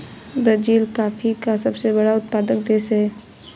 Brazil coffee का सबसे बड़ा उत्पादक देश है